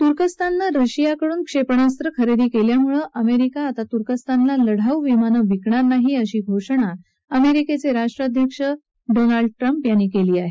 तुर्कस्ताननं रशियाकडून क्षेपणास्त्र खरेदी केल्यामुळे अमेरिका आता तुर्कस्तानला लढाऊ विमानं विकणार नाही अशी घोषणा अमेरिकेचे राष्ट्राध्यक्ष डोनाल्ड ट्रम्प यांनी केली आहे